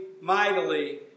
mightily